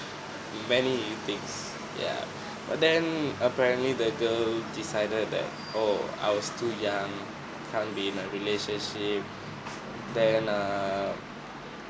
many it takes ya but then apparently the girl decided that oh I was too young can't be in a relationship then err